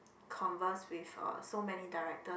converse with uh so many directors